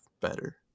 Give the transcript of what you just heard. better